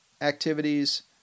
activities